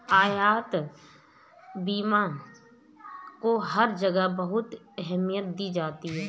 यातायात बीमा को हर जगह बहुत अहमियत दी जाती है